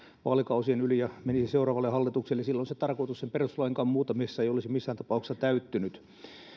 vaalikausien yli ja menisi seuraavalle hallitukselle silloin sen perustuslainkaan muuttamisen tarkoitus ei olisi missään tapauksessa täyttynyt